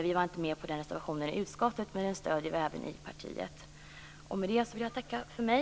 Vi var inte med på den reservationen i utskottet, men vi stöder den i partiet. Med det vill jag tacka för mig.